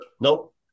Nope